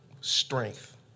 strength